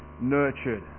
nurtured